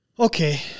Okay